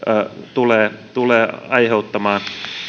tulee tulee aiheuttamaan